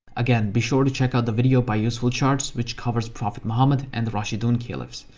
again, be sure to check out the video by useful charts which cover prophet muhammad and the rashidun caliphs.